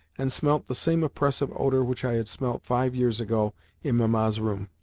and smelt the same oppressive odour which i had smelt five years ago in mamma's room.